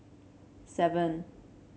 seven